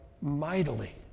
mightily